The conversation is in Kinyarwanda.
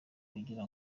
kugira